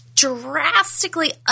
drastically